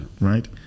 right